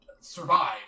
survive